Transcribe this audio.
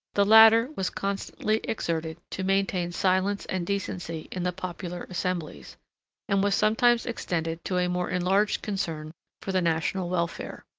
the latter was constantly exerted to maintain silence and decency in the popular assemblies and was sometimes extended to a more enlarged concern for the national welfare.